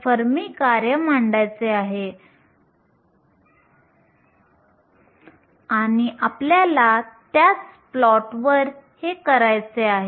जर आपण या बँड आकृतीवरून पाहिले तर हे पूर्ण Ec आहे ही Ev आहे